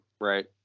Right